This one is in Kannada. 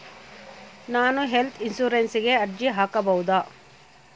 ನಾನು ಹೆಲ್ತ್ ಇನ್ಶೂರೆನ್ಸಿಗೆ ಅರ್ಜಿ ಹಾಕಬಹುದಾ?